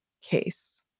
case